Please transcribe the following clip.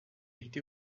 été